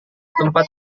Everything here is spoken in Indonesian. tempat